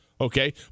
Okay